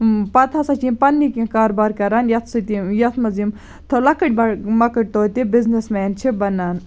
پَتہٕ ہَسا چھِ یِم پَننی کینٛہہ کاربار کَران یتھ سۭتۍ یِم یَتھ مَنٛز یِم لۄکٕٹۍ مۄکٕٹۍ توتہِ بِزنِس مین چھِ بَنان